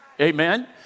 Amen